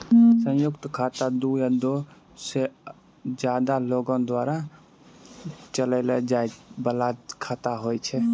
संयुक्त खाता दु या दु से ज्यादे लोगो द्वारा चलैलो जाय बाला खाता होय छै